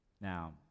Now